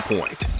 Point